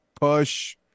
push